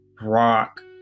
rock